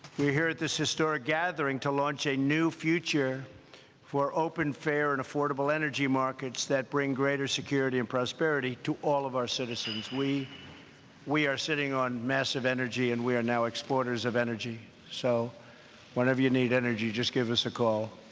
we're here at this historic gathering to launch a new future for open, fair, and affordable energy markets that bring greater security and prosperity to all of our citizens. we we are sitting on massive energy and we are now exporters of energy. so, if one of you need energy, just give us a call.